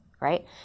right